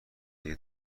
دیگه